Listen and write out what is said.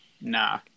Nah